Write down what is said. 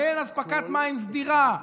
ואין אספקת מים סדירה,